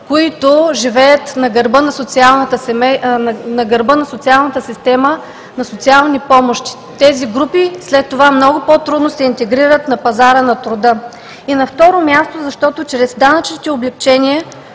които живеят на гърба на социалната система – на социални помощи. Тези групи след това много по-трудно се интегрират на пазара на труда. И на второ място, защото чрез данъчните облекчения